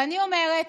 ואני אומרת: